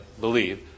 believe